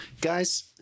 guys